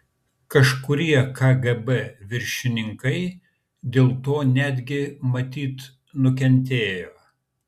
kažkurie kgb viršininkai dėl to netgi matyt nukentėjo